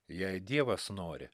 jei dievas nori